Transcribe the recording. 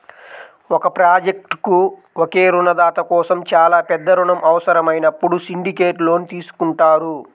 ఒక ప్రాజెక్ట్కు ఒకే రుణదాత కోసం చాలా పెద్ద రుణం అవసరమైనప్పుడు సిండికేట్ లోన్ తీసుకుంటారు